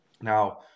Now